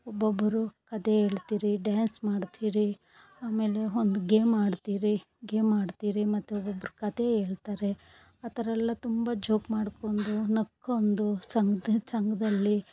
ಒಬ್ಬೊಬ್ಬರು ಕತೆ ಹೇಳ್ತಿರಿ ಡ್ಯಾನ್ಸ್ ಮಾಡ್ತಿರಿ ಆಮೇಲೆ ಒಂದು ಗೇಮ್ ಆಡ್ತಿವಿ ಗೇಮ್ ಆಡ್ತಿರಿ ಮತ್ತು ಒಬ್ಬೊಬ್ಬರು ಕತೆ ಹೇಳ್ತರೆ ಆ ಥರ ಎಲ್ಲ ತುಂಬ ಜೋಕ್ ಮಾಡ್ಕೊಂಡು ನಕ್ಕೊಂಡು ಸಂಘದ್ ಸಂಘದಲ್ಲಿ